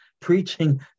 preaching